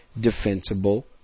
defensible